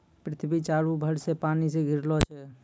पृथ्वी चारु भर से पानी से घिरलो छै